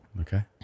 Okay